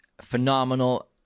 phenomenal